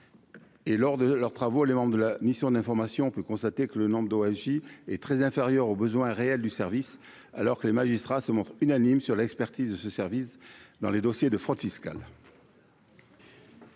et lors de leurs travaux, les membres de la mission d'information, on peut constater que le nombre d'eau agit est très inférieur aux besoins réels du service alors que les magistrats se montrent unanimes sur l'expertise ce service dans les dossiers de fraude fiscale.